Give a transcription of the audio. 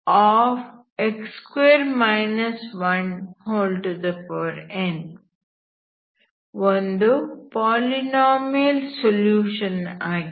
ಅಂದರೆ xdndxnn ಒಂದು polynomial solution ಆಗಿದೆ